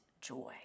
joy